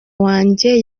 wanjye